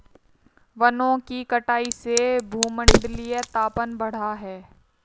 वनों की कटाई से भूमंडलीय तापन बढ़ा है